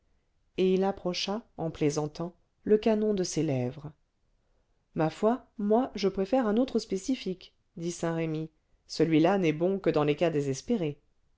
et il approcha en plaisantant le canon de ses lèvres ma foi moi je préfère un autre spécifique dit saint-remy celui-là n'est bon que dans les cas désespérés